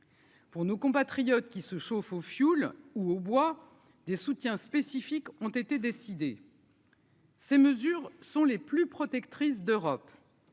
Pour nos compatriotes qui se chauffent au fioul ou au bois des soutiens spécifiques ont été décidées. Ces mesures sont les plus protectrices d'Europe.